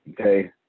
okay